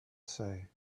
say